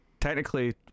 technically